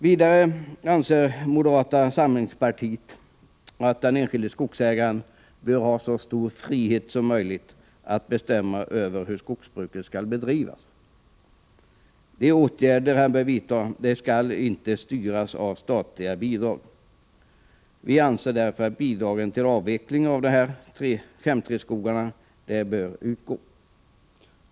Vidare anser moderata samlingspartiet att den enskilde skogsägaren bör ha så stor frihet som möjligt att bestämma över hur skogsbruket skall bedrivas. De åtgärder han bör vidta skall inte styras av statliga bidrag. Vi anser därför att bidragen till avveckling av 5:3-skogar bör utgå.